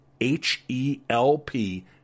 H-E-L-P